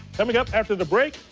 coming up after the break,